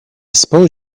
suppose